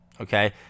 okay